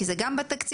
כי זה גם בתקציב,